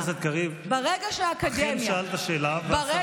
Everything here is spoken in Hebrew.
חבר הכנסת קריב, אכן שאלת שאלה, והשרה משיבה.